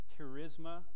charisma